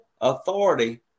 authority